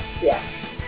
Yes